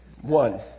One